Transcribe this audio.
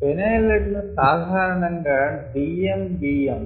phenol red ను సాధారణం గా DMBM